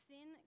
Sin